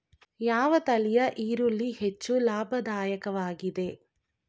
ಯಾವ ತಳಿಯ ಈರುಳ್ಳಿ ಹೆಚ್ಚು ಲಾಭದಾಯಕವಾಗಿದೆ?